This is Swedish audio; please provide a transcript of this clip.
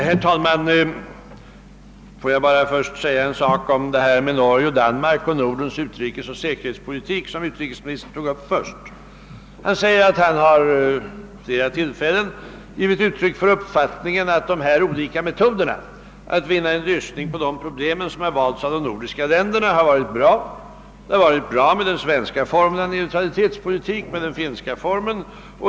Herr talman! Låt mig först säga några ord beträffande Norge och Danmark samt om Nordens utrikesoch säkerhetspolitik, som utrikesministern tidigare berörde. Utrikesministern säger att han vid flera tillfällen givit uttryck åt sin uppfattning om de olika metoderna att vinna en lösning av de problem som de nordiska länderna står inför: Den svenska formen av neutralitetspolitik har varit bra liksom även den finska.